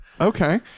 Okay